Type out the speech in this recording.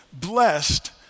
blessed